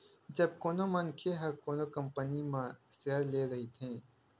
जब कोनो मनखे ह कोनो कंपनी म सेयर ले रहिथे